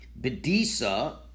Bedisa